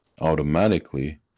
automatically